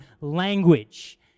language